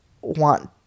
want